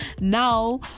Now